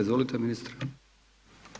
Izvolite ministre.